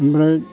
ओमफ्राय